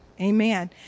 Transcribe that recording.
Amen